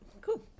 Cool